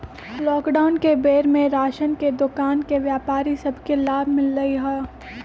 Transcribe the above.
lockdown के बेर में राशन के दोकान के व्यापारि सभ के लाभ मिललइ ह